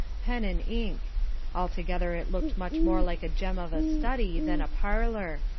pen and ink altogether it looked much more like a gem of a study than a parlour,